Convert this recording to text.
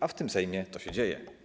A w tym Sejmie to się dzieje.